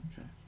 Okay